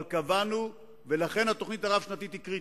אבל קבענו, ולכן התוכנית הרב-שנתית היא קריטית,